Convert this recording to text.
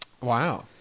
Wow